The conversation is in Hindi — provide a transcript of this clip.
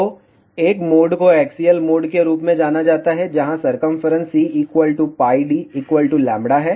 तो एक मोड को एक्सियल मोड के रूप में जाना जाता है जहां सरकमफेरेंस C D λ है